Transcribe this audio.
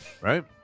Right